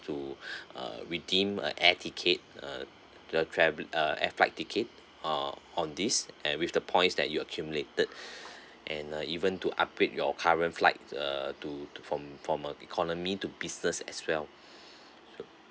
to uh redeem uh air ticket uh the travel~ air flight ticket uh on this and with the points that you accumulated and uh even to upgrade your current flights uh to to from from uh economy to business as well sure